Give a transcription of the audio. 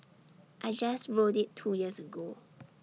I just rode IT two years ago